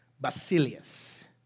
Basilius